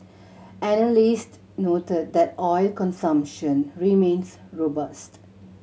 analyst noted that oil consumption remains robust